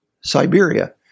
Siberia